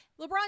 LeBron